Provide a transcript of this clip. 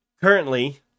currently